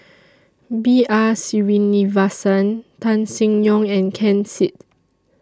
B R Sreenivasan Tan Seng Yong and Ken Seet